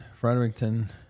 Fredericton